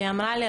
והיא אמרה לי,